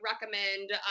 recommend